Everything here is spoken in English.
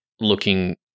looking